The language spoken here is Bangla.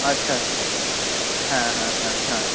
আচ্ছা হ্যাঁ হ্যাঁ হ্যাঁ হ্যাঁ